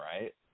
right